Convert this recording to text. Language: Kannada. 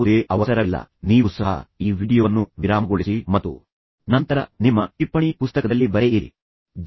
ಬರ್ಟ್ರಾಂಡ್ ರಸ್ಸೆಲ್ ಕುತೂಹಲಕಾರಿಯಾಗಿ ನಿಮಗೆ ತಿಳಿದಿದ್ದರೆ ಆತ ಒಬ್ಬ ಪ್ರಸಿದ್ಧ ತತ್ವಜ್ಞಾನಿ ಗಣಿತಶಾಸ್ತ್ರಜ್ಞ